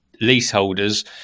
leaseholders